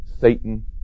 Satan